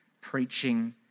preaching